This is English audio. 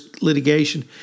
litigation